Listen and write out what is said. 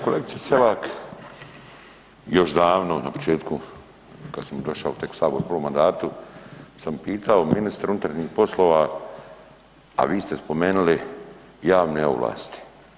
Kolegice Selak još davno na početku kad sam došao tek u sabor u prvom mandatu sam pitao ministra unutarnjih poslova, a vi ste spomenuli javne ovlasti.